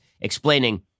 explaining